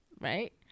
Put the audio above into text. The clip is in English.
right